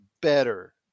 better